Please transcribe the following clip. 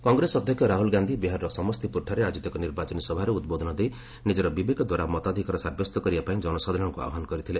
କଂଗ୍ରେସ ଅଧ୍ୟକ୍ଷ ରାହୁଲ୍ ଗାନ୍ଧି ବିହାରର ସମସ୍ତିପୁରଠାରେ ଆୟୋଜିତ ଏକ ନିର୍ବାଚନୀ ସଭାରେ ଉଦ୍ବୋଧନ ଦେଇ ନିଜର ବିବେକଦ୍ୱାରା ମତାଧିକାର ସାବ୍ୟସ୍ତ କରିବାପାଇଁ ଜନସାଧାରଣଙ୍କୁ ଆହ୍ୱାନ କରିଥିଲେ